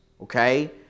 okay